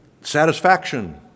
satisfaction